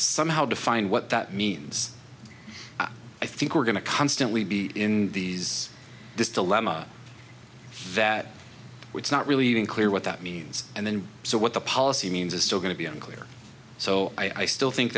somehow define what that means i think we're going to constantly be in these this dilemma that it's not really even clear what that means and then so what the policy means it's still going to be unclear so i still think